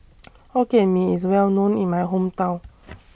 Hokkien Mee IS Well known in My Hometown